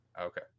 Okay